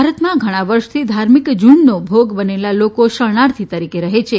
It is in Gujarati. ભારતમાં ઘણા વર્ષથી ધાર્મિક જુલ્મનો ભોગ બનેલા લોકો શરણાર્થી તરીકે રહે છે